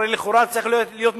הרי לכאורה זה צריך להיות מתוקצב.